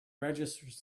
registers